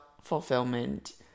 fulfillment